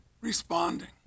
responding